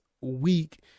week